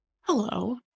hello